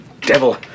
devil